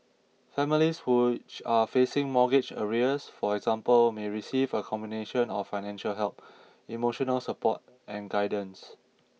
families who are facing mortgage arrears for example may receive a combination of financial help emotional support and guidance